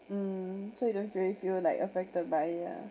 mm so you don't really feel like affected by it lah